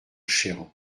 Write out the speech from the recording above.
chéran